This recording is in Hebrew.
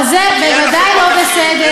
אז זה בוודאי לא בסדר.